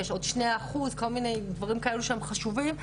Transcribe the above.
כל מיני דברים שהם חשובים.